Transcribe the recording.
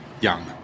young